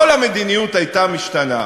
כל המדיניות הייתה משתנה?